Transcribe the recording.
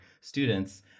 students